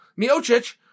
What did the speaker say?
Miocic